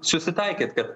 susitaikėt kad